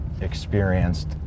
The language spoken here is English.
experienced